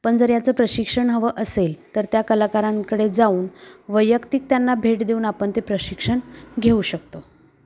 पण जर याचं प्रशिक्षण हवं असेल तर त्या कलाकारांकडे जाऊन वैयक्तिक त्यांना भेट देऊन आपण ते प्रशिक्षण घेऊ शकतो